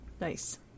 Nice